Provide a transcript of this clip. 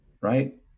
right